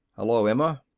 hello, emma.